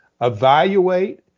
evaluate